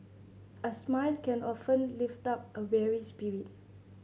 a smile can often lift up a weary spirit